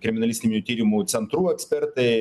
kriminalistinių tyrimų centrų ekspertai